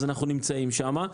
אז אנחנו נמצאים שם.